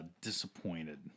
disappointed